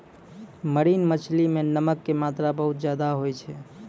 marine मछली मॅ नमक के मात्रा बहुत ज्यादे होय छै